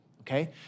okay